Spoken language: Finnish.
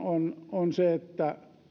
on se että